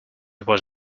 was